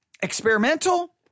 Experimental